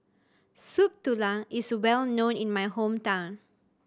Soup Tulang is well known in my hometown